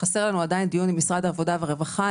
חסר לנו עדיין דיון עם משרד העבודה והרווחה.